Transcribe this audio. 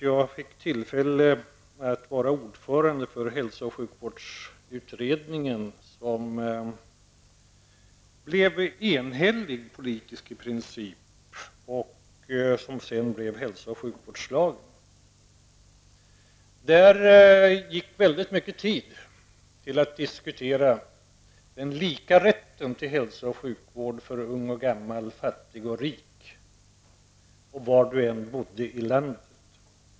Jag fick tillfälle att vara ordförande för hälso och sjukvårdsutredningen som kom med ett i princip enhälligt betänkande, som senare blev hälso och sjukvårdslagen. I den utredningen gick mycket tid åt till att diskutera den lika rätten till hälso och sjukvård för ung och gammal, fattig och rik, var du än bodde i landet.